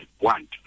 want